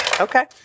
Okay